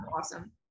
awesome